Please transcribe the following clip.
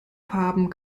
farben